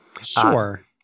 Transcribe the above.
Sure